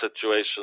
situation